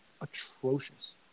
atrocious